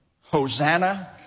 Hosanna